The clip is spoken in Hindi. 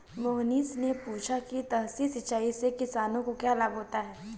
मोहनीश ने पूछा कि सतही सिंचाई से किसानों को क्या लाभ होता है?